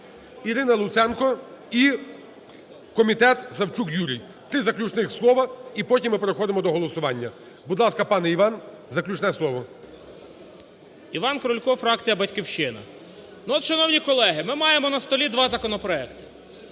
Ірина Луценко, і комітет – Савчук Юрій. Три заключних слова, і потім ми переходимо до голосування. Будь ласка, пане Іван, заключне слово. 13:23:45 КРУЛЬКО І.І. Іван Крулько, фракція "Батьківщина". Ну от, шановні колеги, ми маємо на столі два законопроекти.